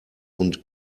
und